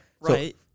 Right